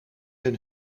hun